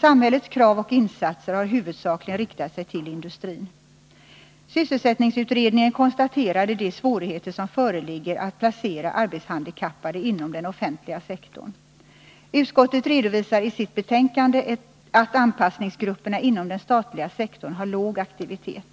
Samhällets krav och insatser har huvudsakligen riktat sig till industrin. Sysselsättningsutredningen konstaterade de svårigheter som föreligger att placera arbetshandikappade inom den offentliga sektorn. Utskottet redovisar i sitt betänkande att anpassningsgrupperna inom den statliga sektorn har låg aktivitet.